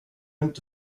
inte